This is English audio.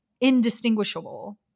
indistinguishable